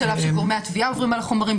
שגורמי התביעה עוברים על החומרים.